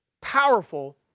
powerful